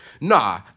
Nah